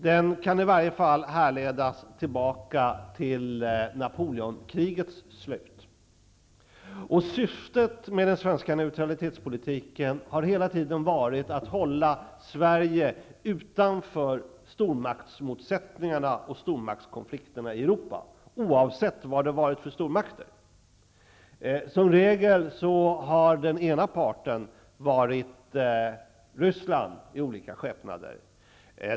Den kan i varje fall härledas tillbaka till Napoleonkrigets slut. Syftet med den svenska neutralitetspolitiken har hela tiden varit att hålla Sverige utanför stormaktsmotsättningarna och stormaktskonflikterna i Europa, oavsett vad det har varit för stormakter. Som regel har den ena parten varit Ryssland i olika skepnader.